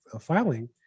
filing